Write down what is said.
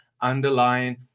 underlying